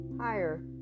higher